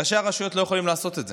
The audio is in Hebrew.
ראשי הרשויות לא יכולים לעשות את זה